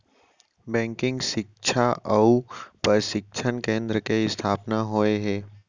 banking सिक्छा अउ परसिक्छन केन्द्र के इस्थापना होय हे